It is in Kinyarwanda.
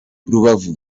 rubavu